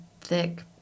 thick